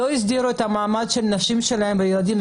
לא הסדירו את המעמד של הנשים שלהם והילדים,